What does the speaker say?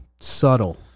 subtle